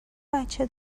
بچه